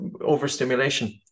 overstimulation